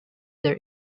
their